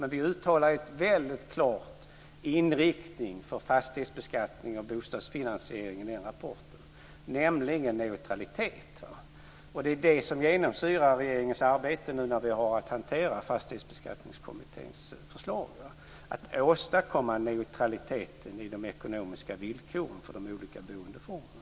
Men vi uttalar en väldigt klar inriktning för fastighetsbeskattning och bostadsfinansiering i den rapporten. Det handlar nämligen om neutralitet. Det är det som genomsyrar regeringens arbete nu när vi har att hantera Fastighetsbeskattningskommitténs förslag. Det handlar om att åstadkomma en neutralitet i de ekonomiska villkoren för de olika boendeformerna.